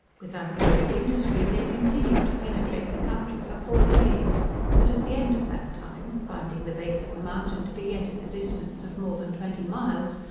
with unwearied industry they continued to penetrate the country for four days but at the end of that time, finding the base of the mountain to be yet at the distance of more than twenty miles,